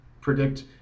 predict